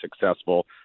successful